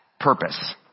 purpose